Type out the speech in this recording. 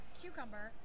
cucumber